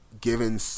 given